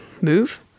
move